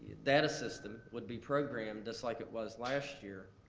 data system would be programmed just like it was last year,